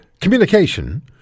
communication